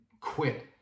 quit